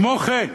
כמו כן,